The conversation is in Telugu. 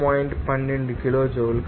12 కిలోజౌల్